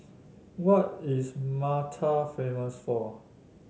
what is Malta famous for